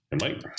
Mike